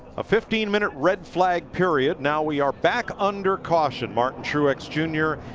a fifteen minute red flag period. now we are back under caution. martin truex jr.